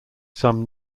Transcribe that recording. some